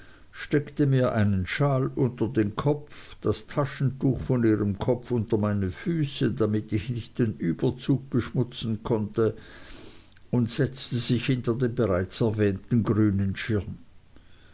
steckte mir einen schal unter den kopf das taschentuch von ihrem kopf unter meine füße damit ich nicht den überzug beschmutzen konnte und setzte sich hinter den bereits erwähnten grünen schirm